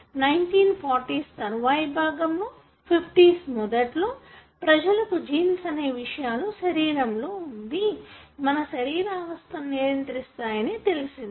1940'స్ తరువాయి భాగంలో 50'స్ మొదట్లో ప్రజలకు జీన్స్ అనే విషయాలు శరీరంలో వుంది మన శరీరావస్థను నియంత్రిస్తాయని తెలిసింది